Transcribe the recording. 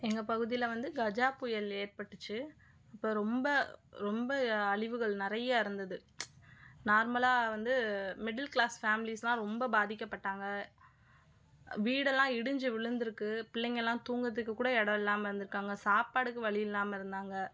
எங்கள் பகுதியில் வந்து கஜா புயல் ஏற்பட்டுச்சு அப்போ ரொம்ப ரொம்ப அழிவுகள் நிறையா இருந்தது நார்மலாக வந்து மிடில் க்ளாஸ் ஃபேமிலிஸ்லாம் ரொம்ப பாதிக்கப்பட்டாங்க வீடெல்லாம் இடிஞ்சு விழுந்துருக்கு பிள்ளைங்கயெல்லாம் தூங்குறத்துக்கு கூட இடம் இல்லாமல் இருந்திருக்காங்க சாப்பாடுக்கு வழி இல்லாமல் இருந்தாங்க